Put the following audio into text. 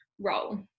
role